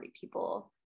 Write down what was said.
people